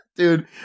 Dude